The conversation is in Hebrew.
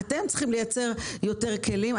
אתם צריכים לייצר יותר כלים.